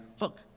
Look